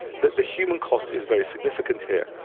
the the human cost is very significant here.